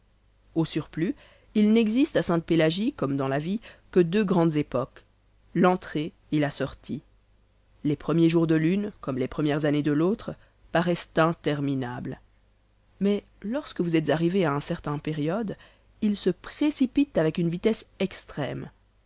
au surplus il n'existe à sainte-pélagie comme dans la vie que deux grandes époques l'entrée et la sortie les premiers jours de l'une comme les premières années de l'autre paraissent interminables mais lorsque vous êtes arrivés à une certaine période ils se précipitent avec une vitesse extrême